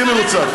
תהיי מרוצה.